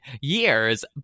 years